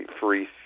free